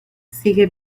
sigue